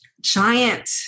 giant